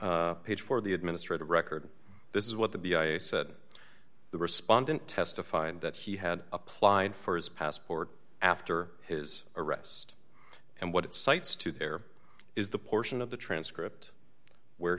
page four of the administrative record this is what the b i said the respondent testified that he had applied for his passport after his arrest and what it cites to there is the portion of the transcript where